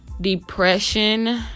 Depression